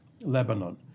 Lebanon